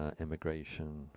immigration